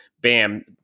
bam